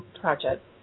project